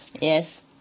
yes